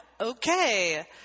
Okay